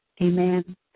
Amen